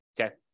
okay